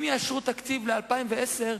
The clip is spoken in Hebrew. אם יאשרו תקציב ל-2010,